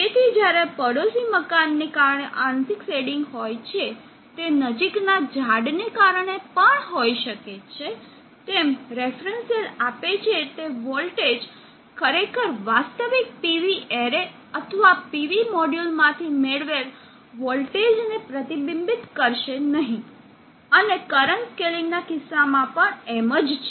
તેથી જ્યારે પડોશી મકાનને કારણે આંશિક શેડિંગ હોય છે તે નજીકના ઝાડને કારણે શેડિંગ હોય શકે છે તેમ રેફરન્સ સેલ આપે છે તે વોલ્ટેજ ખરેખર વાસ્તવિક PV એરે અથવા PV મોડ્યુલમાંથી મેળવેલ વોલ્ટેજને પ્રતિબિંબિત કરશે નહીં અને કરંટ સ્કેલિંગ ના કિસ્સામાં પણ એમ જ છે